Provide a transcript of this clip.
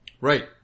right